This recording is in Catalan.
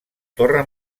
torre